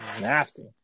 nasty